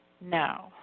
No